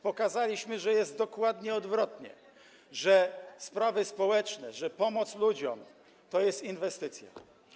Pokazaliśmy, że jest dokładnie odwrotnie, że sprawy społeczne, że pomoc ludziom to jest inwestycja.